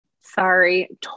sorry